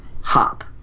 Hop